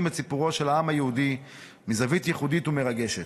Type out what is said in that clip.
את סיפורו של העם היהודי מזווית ייחודית ומרגשת.